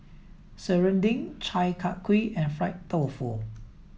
Serunding Chi Kak Kuih and Fried Tofu